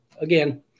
again